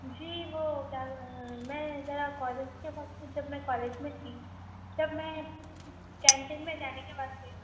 جی وہ کیا میں ذرا کالج کے وقت جب میں کالج میں تھی تب میں کینٹین میں جانے کے واسطے